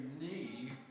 knee